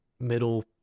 Middle